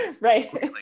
Right